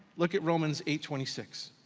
look at romans eight twenty six.